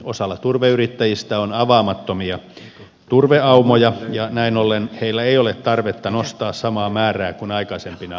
osalla turveyrittäjistä on avaamattomia turveaumoja ja näin ollen heillä ei ole tarvetta nostaa samaa määrää kuin aikaisempina vuosina